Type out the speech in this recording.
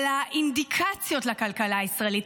על האינדיקציות לכלכלה הישראלית,